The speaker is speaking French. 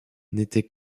n’était